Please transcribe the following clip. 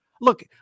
Look